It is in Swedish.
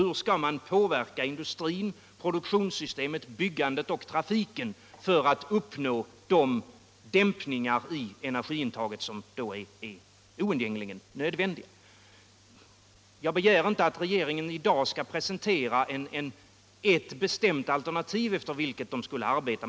Hur skall man påverka industrin, produktionssystemet, byggandet och trafiken för att uppnå de begränsningar i energiintaget som då är oundgängligen nödvändiga? Jag begär inte att regeringen i dag skall presentera ett bestämt alternativ efter vilket man skulle arbeta.